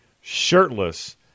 shirtless